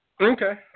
Okay